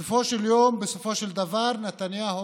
בסופו של יום, בסופו של דבר, נתניהו